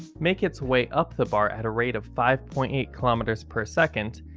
make its way up the bar at a rate of five point eight kilometers per second,